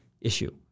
issue